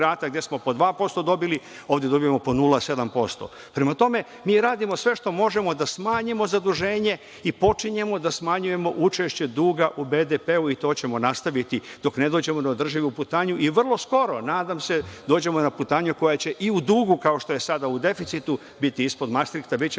UAE, gde smo po 2% dobili, ovde dobijamo po 0,7%.Prema tome, mi radimo sve što možemo da smanjimo zaduženje i počinjemo da smanjujemo učešće duga u BDP i to ćemo nastaviti dok ne dođemo na održivu putanju i vrlo skoro, nadam se, dođemo na putanju koja će i u dugu, kao što je sada u deficitu, biti ispod mastrikta, bićemo